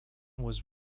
was